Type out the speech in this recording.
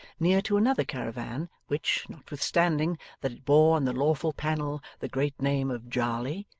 near to another caravan, which, notwithstanding that it bore on the lawful panel the great name of jarley,